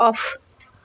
off